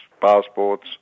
passports